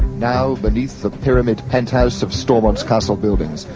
now beneath the pyramid penthouse of stormont castle buildings,